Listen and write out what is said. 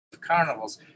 carnivals